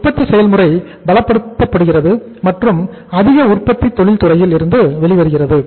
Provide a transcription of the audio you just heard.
உற்பத்தி செயல்முறை பலப்படுத்தப்படுகிறது மற்றும் அதிக உற்பத்தி தொழில் துறையில் இருந்து வெளிவருகிறது